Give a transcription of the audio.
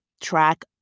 track